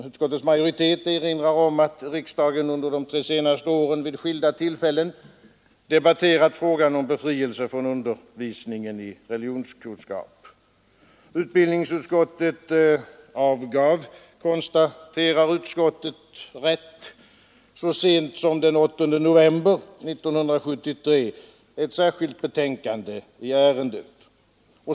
Utskottets majoritet erinrar om att riksdagen under de tre senaste åren vid skilda tillfällen debatterat frågan om befrielse från undervisningen i religionskunskap. Utbildningsutskottet avgav, konstaterar man, så sent som den 8 november 1973 ett särskilt betänkande i ärendet.